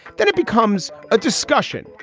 then it becomes a discussion,